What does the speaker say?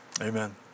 Amen